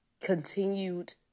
continued